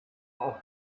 auch